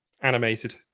Animated